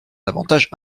avantage